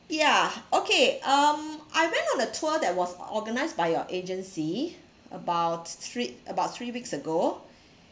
yeah okay um I went on a tour that was organised by your agency about three about three weeks ago